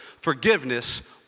forgiveness